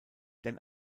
denn